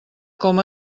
com